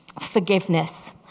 forgiveness